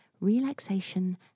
relaxation